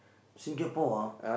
Singapore ah